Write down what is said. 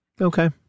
Okay